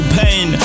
pain